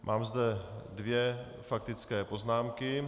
Mám zde dvě faktické poznámky.